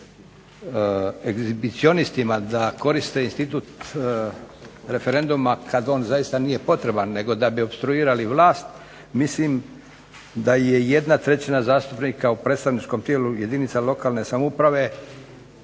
da koriste institut referenduma kad on zaista nije potreban nego da bi opstruirali vlast, mislim da je jedna trećina zastupnika u predstavničkom tijelu jedinica lokalne samouprave